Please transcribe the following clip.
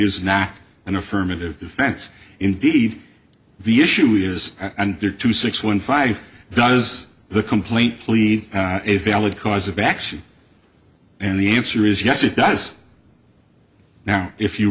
is not an affirmative defense indeed the issue is and there are two six one five does the complaint plead a valid cause of action and the answer is yes it does now if you